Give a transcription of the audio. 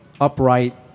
upright